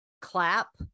clap